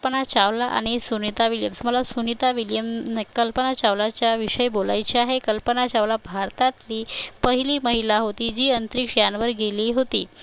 कल्पना चावला आणि सुनीता विल्यम्स मला सुनीता विल्यम नाई कल्पना चावलाच्याविषयी बोलायचे आहे कल्पना चावला भारतातली पहिली महिला होती जी अंतरिक्षयानावर गेली होती